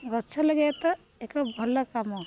ଗଛ ଲଗେଇଆ ତ ଏକ ଭଲ କାମ